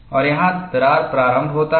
और यहाँ दरार प्रारंभ होता है